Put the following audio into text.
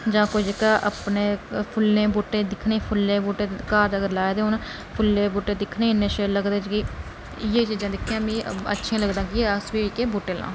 जां कोई जेह्का अपने फुल्लें दे बूहटे दिक्खने बूहटे घर जेकर लाए दे हून फुल्लें दे बूहटे बी इन्ने शैल लगदे ते इयै चीजां दिक्खियै मिं अच्छा लगदा कि अस बी जेहके बूहटे लां